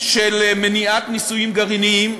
למניעת ניסויים גרעיניים,